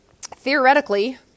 theoretically